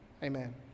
Amen